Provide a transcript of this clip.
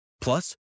Plus